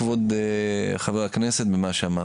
אני אסכם, כבוד חבר הכנסת, במה שאמרתי.